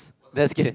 that's good